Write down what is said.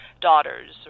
daughters